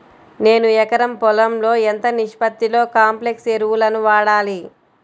నేను ఎకరం పొలంలో ఎంత నిష్పత్తిలో కాంప్లెక్స్ ఎరువులను వాడాలి?